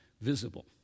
visible